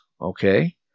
Okay